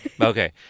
Okay